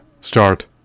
start